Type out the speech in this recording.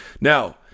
Now